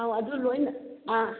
ꯑꯥꯎ ꯑꯗꯨ ꯂꯣꯏꯅ ꯑꯥ